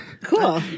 Cool